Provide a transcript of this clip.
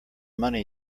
money